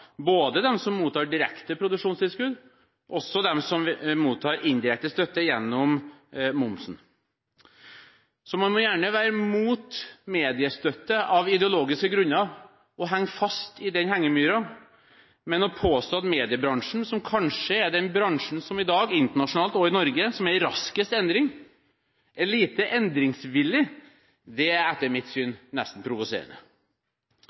både de som mottar direkte produksjonstilskudd, og også de som mottar indirekte støtte gjennom momsen. Så man må gjerne være imot mediestøtte av ideologiske grunner, og henge fast i den hengemyra, men å påstå at mediebransjen, som kanskje er den bransjen som i dag, internasjonalt og i Norge, er i raskest endring, er lite endringsvillig, er etter mitt syn nesten provoserende.